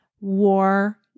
war